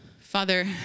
Father